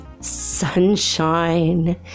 Sunshine